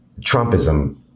Trumpism